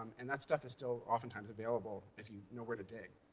and that stuff is still oftentimes available if you know where to dig.